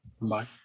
Bye